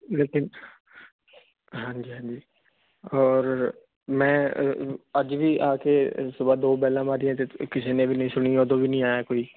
ਲੇਕਿਨ ਹਾਂਜੀ ਹਾਂਜੀ ਔਰ ਮੈਂ ਅੱਜ ਵੀ ਆ ਕੇ ਸੁਬਹ ਦੋ ਪਹਿਲਾਂ ਵਾਲੀਆਂ ਤੇ ਕਿਸੇ ਨੇ ਵੀ ਨਹੀਂ ਸੁਣੀ ਉਦੋਂ ਵੀ ਨਹੀਂ ਆਇਆ ਕੋਈ